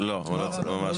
לא לא צריך,